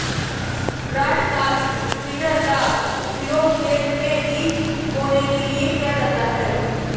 broadcast feeder का उपयोग खेत में बीज बोने के लिए किया जाता है